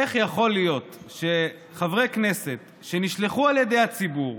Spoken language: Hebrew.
איך יכול להיות שחברי כנסת שנשלחו על ידי הציבור,